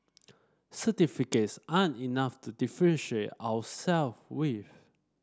certificates aren't enough to differentiate ourselves with